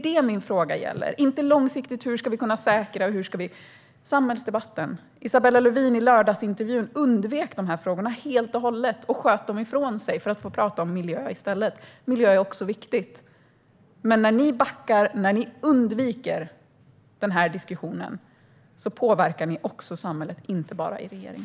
Det handlar inte om hur vi långsiktigt ska kunna säkra något. Det handlar om samhällsdebatten. Isabella Lövin undvek i lördagsintervjun de här frågorna helt och hållet och sköt dem ifrån sig för att i stället få prata om miljö. Miljö är också viktigt. Men när ni backar och undviker diskussionen påverkar ni också samhället, inte bara er regering.